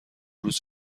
روز